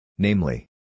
Namely